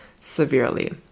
severely